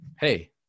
hey